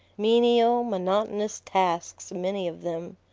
menial, monotonous tasks many of them.